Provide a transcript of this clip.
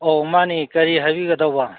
ꯑꯧ ꯃꯥꯅꯦ ꯀꯔꯤ ꯍꯥꯏꯕꯤꯒꯗꯧꯕ